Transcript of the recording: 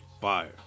Fire